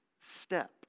step